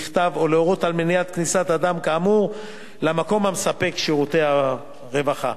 או להורות על מניעת כניסת אדם כאמור למקום המספק שירותי רווחה.